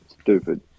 stupid